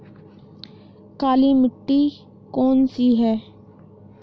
काली मिट्टी कौन सी है?